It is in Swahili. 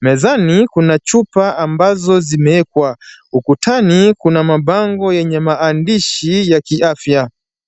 Mezani kuna chupa ambazo zimewekwa. Ukutani kuna mabango yenye maandishi ya kiafya.